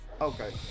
Okay